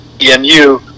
EMU